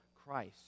Christ